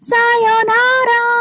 Sayonara